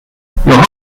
hard